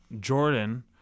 Jordan